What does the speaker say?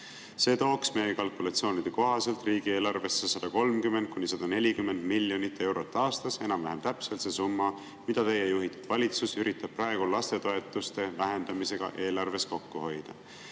See tooks meie kalkulatsioonide kohaselt riigieelarvesse 130–140 miljonit eurot aastas, enam-vähem täpselt selle summa, mida teie juhitud valitsus üritab praegu lastetoetuste vähendamisega eelarves kokku hoida.